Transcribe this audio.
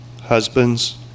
husbands